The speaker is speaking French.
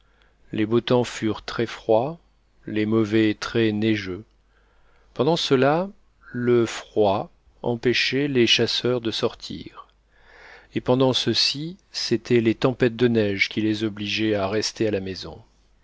les beaux temps furent très froids les mauvais très neigeux pendant ceux-là le froid empêchait les chasseurs de sortir et pendant ceux-ci c'étaient les tempêtes de neige qui les obligeaient à rester à la maison